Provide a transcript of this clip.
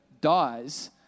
dies